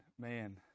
man